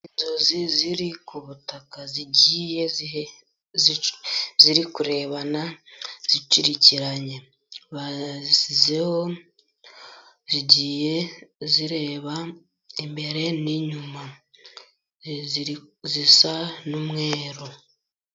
Inzuzi ziri ku butaka, zigiye ziri kurebana, zicurikiranye. Bazishyizeho, zigiye zireba imbere n'inyuma, zisa n’umweru.